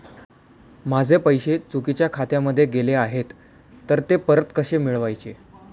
माझे पैसे चुकीच्या खात्यामध्ये गेले आहेत तर ते परत कसे मिळवायचे?